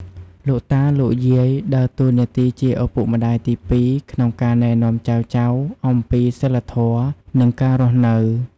លោកតា លោកយាយ ដើរតួនាទីជាឪពុកម្តាយទីពីរ ក្នុងការណែនាំចៅៗអំពីសីលធម៌ និងការរស់នៅ។